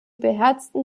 beherzten